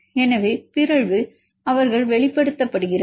எனவே பிறழ்வு அவர்கள் வெளிப்படுத்தப்படுகிறது